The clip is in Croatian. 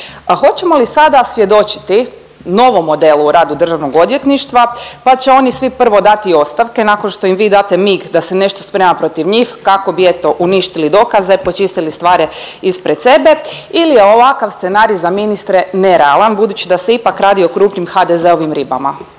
A hoćemo li sada svjedočiti novom modelu u radu Državnog odvjetništva pa će oni svi prvo dati ostavke, nakon što im vi date mig da se nešto sprema protiv njih kako bi eto uništili dokaze, počistili stvari ispred sebe ili je ovakav scenarij za ministre nerealan, budući da se ipak radi o krupnim HDZ-ovim ribama.